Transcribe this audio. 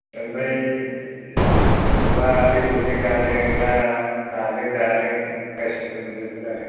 ओमफ्राय मा बेदरजों जानो ना नाजों जानो गासिबो मोनजोबगोन आरो